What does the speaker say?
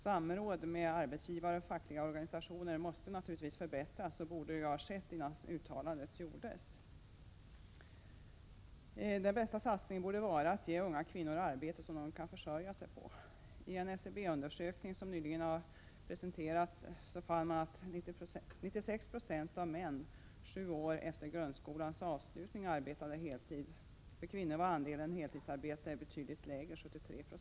Samrådet med arbetsgivare och fackliga organisationer måste naturligtvis förbättras. Det borde ha skett innan uttalandet gjordes. Den bästa satsningen vore att ge unga kvinnor arbete som de kan försörja sig på. I en SCB-undersökning som nyligen har presenterats fann man att 96 20 av männen sju år efter avslutad grundskoleutbildning arbetade heltid. För kvinnorna var andelen heltidsarbete betydligt lägre — 73 2.